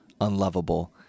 unlovable